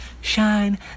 shine